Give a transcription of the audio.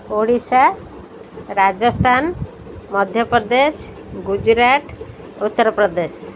Odisha Rajasthan Madhya Pradesh Gujarat Uttar Pradesh